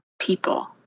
people